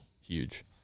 huge